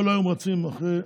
כל היום רצים אחרי,